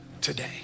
today